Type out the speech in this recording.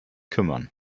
kümmern